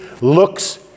looks